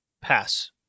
Pass